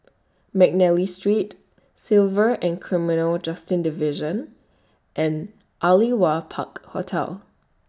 Mcnally Street Civil and Criminal Justice Division and Aliwal Park Hotel